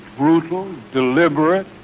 brutal, deliberate